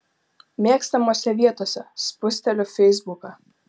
mėgstamose vietose spusteliu feisbuką